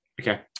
Okay